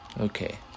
Okay